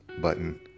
button